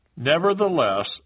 Nevertheless